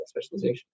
specialization